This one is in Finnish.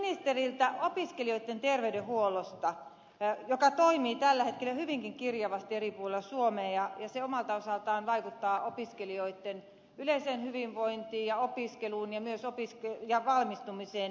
kysyisin ministeriltä opiskelijoitten terveydenhuollosta joka toimii tällä hetkellä hyvinkin kirjavasti eri puolilla suomea ja se omalta osaltaan vaikuttaa opiskelijoitten yleiseen hyvinvointiin ja opiskeluun ja myös valmistumiseen